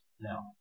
Now